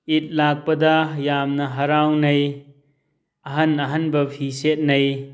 ꯏꯠ ꯂꯥꯛꯄꯗ ꯌꯥꯝꯅ ꯍꯔꯥꯎꯅꯩ ꯑꯍꯟ ꯑꯍꯟꯕ ꯐꯤ ꯁꯦꯠꯅꯩ